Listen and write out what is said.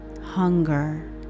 hunger